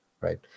right